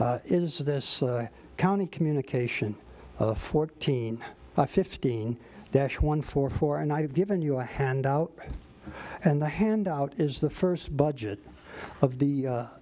is this county communication of fourteen fifteen dash one four four and i have given you a handout and the handout is the first budget of the